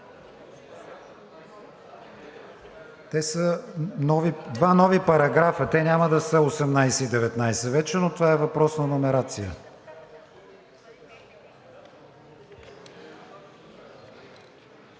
Те са два нови параграфа. Те няма да са 18 и 19 вече, но това е въпрос на номерация.